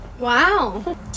Wow